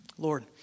Lord